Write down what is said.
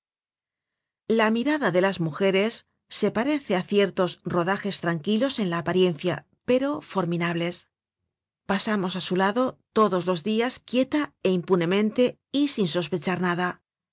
la mirada de las mujeres se parece á ciertos rodajes tranquilos en la apariencia pero forminables pasamos á su lado todos los dias quieta é impunemente y sin sospechar nada